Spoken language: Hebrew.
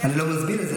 אני לא מסביר את זה.